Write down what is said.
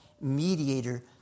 mediator